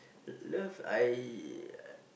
love I